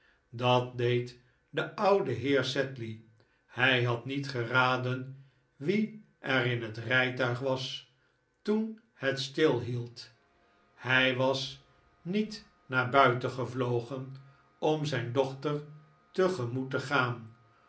dat deed de oude heer sedley hij had niet geraden wie er in het rijtuig was toen het stilhield hij was niet naar buiten gevlogen om zijn dochter tegemoet te gaan